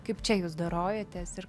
kaip čia jūs dorojatės ir